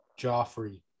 Joffrey